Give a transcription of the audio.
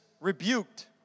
rebuked